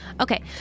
Okay